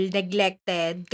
neglected